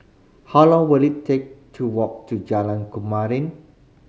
how long will it take to walk to Jalan Kemuning